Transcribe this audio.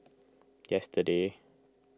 yesterday